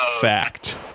fact